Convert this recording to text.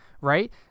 right